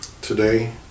Today